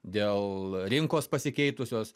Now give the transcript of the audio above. dėl rinkos pasikeitusios